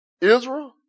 Israel